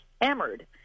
hammered